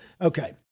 Okay